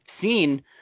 seen